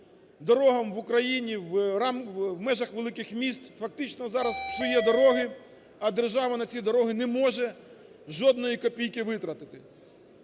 дорогам в Україні в межах великих міст, фактично зараз псує дороги, а держава на ці дороги не може жодної копійки витратити.